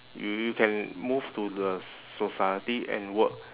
you you can move to the society and work